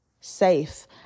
safe